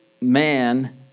man